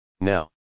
Now